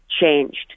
changed